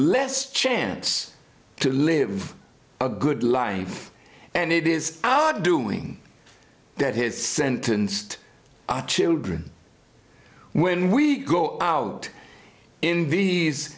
less chance to live a good life and it is odd doing that his sentenced children when we go out in these